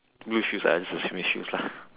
blue shoes I just assume is shoes lah